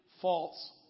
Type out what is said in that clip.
false